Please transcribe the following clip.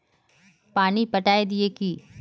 पानी पटाय दिये की?